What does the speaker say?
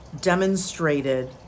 demonstrated